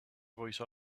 voice